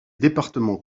départements